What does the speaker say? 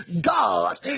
God